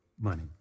money